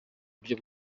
buryo